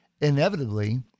inevitably